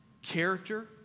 Character